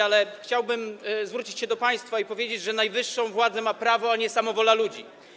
Ale chciałbym zwrócić się do państwa i powiedzieć, że najwyższą władzę ma prawo, a nie samowola ludzi.